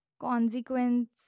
consequence